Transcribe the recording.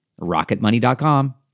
RocketMoney.com